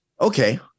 okay